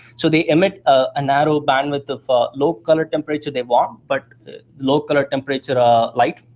so they emit a narrow bandwidth of low color temperature. they're warm, but low-color temperature ah light.